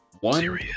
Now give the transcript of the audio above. One